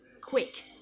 quick